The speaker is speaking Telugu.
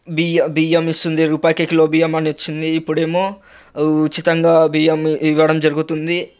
బియ్య బియ్యమిస్తుంది రూపాయికే కిలో బియ్యమని వచ్చింది ఇప్పుడేమో ఉచితంగా బియ్యం ఇవ్వడం జరుగుతుంది